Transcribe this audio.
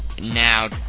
Now